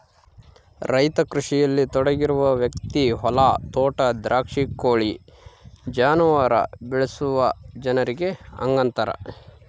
ರೈತ ಕೃಷಿಯಲ್ಲಿ ತೊಡಗಿರುವ ವ್ಯಕ್ತಿ ಹೊಲ ತೋಟ ದ್ರಾಕ್ಷಿ ಕೋಳಿ ಜಾನುವಾರು ಬೆಳೆಸುವ ಜನರಿಗೆ ಹಂಗಂತಾರ